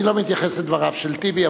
אני לא מתייחס לדבריו של טיבי,